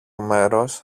μέρος